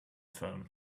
phone